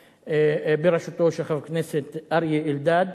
בראשותו של חבר הכנסת אריה אלדד.